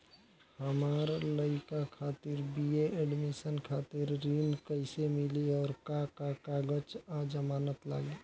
हमार लइका खातिर बी.ए एडमिशन खातिर ऋण कइसे मिली और का का कागज आ जमानत लागी?